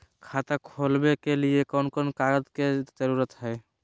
खाता खोलवे के लिए कौन कौन कागज के जरूरत है?